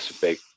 big